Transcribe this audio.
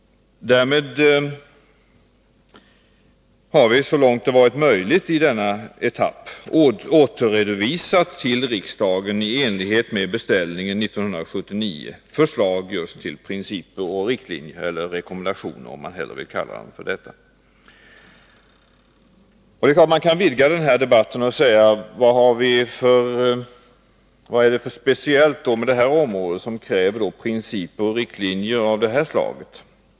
Därmed har vi så långt det varit möjligt i denna etapp och i enlighet med beställningen 1979 för riksdagen redovisat förslag till principer och riktlinjer — eller rekommendationer, om man hellre vill kalla dem det. Självfallet kan man vidga debatten och ställa frågan: Vad är det för speciellt med dataområdet som kräver principer och riktlinjer av det här slaget?